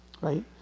right